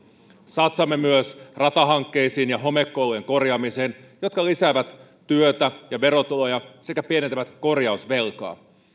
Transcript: satsaamme myös ratahankkeisiin ja homekoulujen korjaamiseen jotka lisäävät työtä ja verotuloja sekä pienentävät korjausvelkaa